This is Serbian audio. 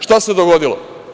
Šta se dogodilo?